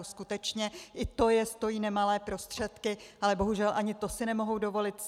Skutečně i to je stojí nemalé prostředky, ale bohužel ani to si nemohou dovolit.